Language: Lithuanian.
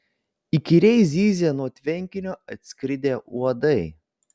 įkyriai zyzė nuo tvenkinio atskridę uodai